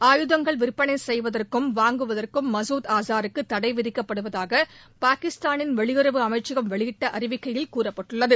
ஆயுதங்கள் விற்பனை செய்வதற்கும் வாங்குவதற்கும் மசூத் அஸாருக்கு தடைவிதிக்கப்படுவதாக பாகிஸ்தானின் வெளியுறவு அமைச்சகம் வெளியிட்ட அறிவிக்கையில் கூறப்பட்டுள்ளது